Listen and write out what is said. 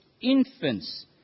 infants